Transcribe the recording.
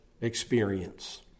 experience